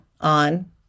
on